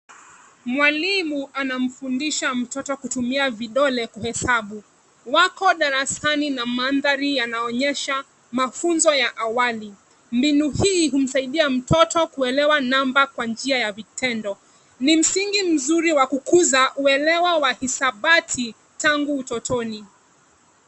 Mwalimu anamfundisha mtoto kutumia vidole kuhesabu. Wako darasani na mandhari yanaonyesha mafunzo ya awali. Mbinu hii humsaidia mtoto kuelewa namba kwa njia ya vitendo. Ni msingi mzuri wa kufuza uelewa wa hisabati tangu utotoni.